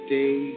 day